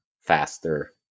faster